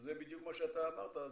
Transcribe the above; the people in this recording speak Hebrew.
שזה בדיוק כמו שאתה אמרת,